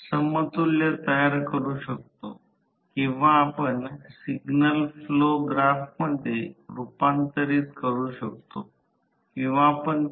मी सांगितले की सुरुवातीला 10 30 किलोवॅट तास 5 १० आणि 18 5